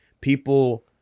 people